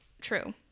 True